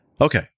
okay